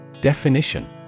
Definition